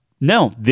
no